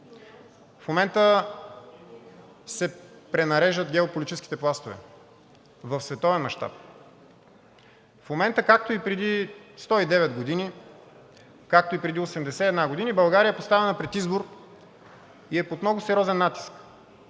В момента се пренареждат геополитическите пластове в световен мащаб. В момента, както и преди 109 години, както и преди 81 години, България е поставена пред избор и е под много сериозен натиск